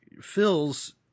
fills